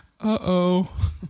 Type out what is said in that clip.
Uh-oh